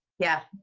yeah.